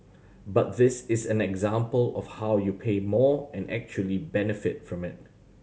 but this is an example of how you pay more and actually benefit from it